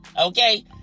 Okay